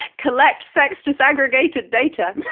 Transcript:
collect sex disaggregated data.